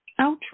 Outro